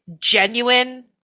genuine